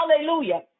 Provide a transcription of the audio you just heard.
hallelujah